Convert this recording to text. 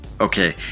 Okay